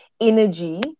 energy